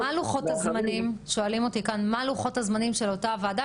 מה לוחות הזמנים של אותה ועדה?